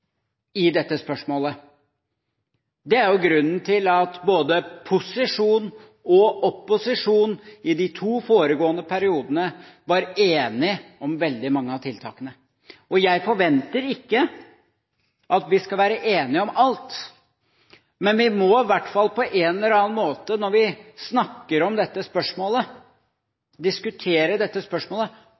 i dette spørsmålet. Det er jo grunnen til at både posisjon og opposisjon i de to foregående periodene var enige om veldig mange av tiltakene. Jeg forventer ikke at vi skal være enige om alt, men vi må i hvert fall, når vi snakker om dette spørsmålet, diskuterer dette spørsmålet, på en eller annen måte